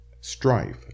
strife